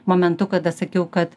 momentu kada sakiau kad